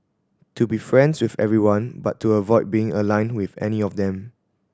to be friends with everyone but to avoid being aligned with any of them